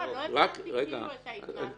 לא הבנתי את ההתנהלות הזאת.